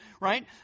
right